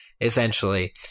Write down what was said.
essentially